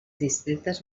districtes